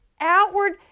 outward